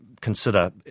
consider